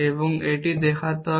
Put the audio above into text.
এবং এটি দেখানো হবে